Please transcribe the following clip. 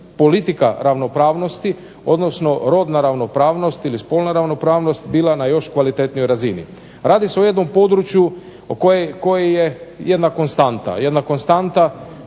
politika ravnopravnosti odnosno rodna ravnopravnost ili spolna ravnopravnost bila na još kvalitetnijoj razini. Radi se o jednom području koji je jedna konstanta,